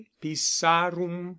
pisarum